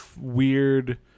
weird